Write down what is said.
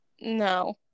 no